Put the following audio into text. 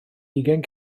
ugain